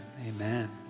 amen